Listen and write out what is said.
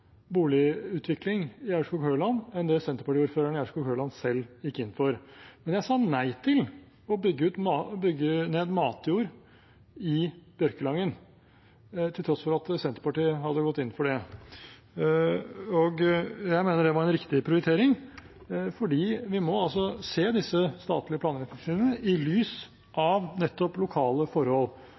boligutvikling i Aurskog-Høland enn det Senterparti-ordføreren i Aurskog-Høland selv gikk inn for, men jeg sa nei til å bygge ned matjord i Bjørkelangen, til tross for at Senterpartiet hadde gått inn for det. Jeg mener det var en riktig prioritering, for vi må se disse statlige planretningslinjene i lys av nettopp lokale forhold.